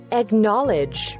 acknowledge